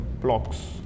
blocks